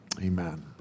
Amen